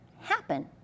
happen